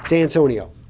antonio,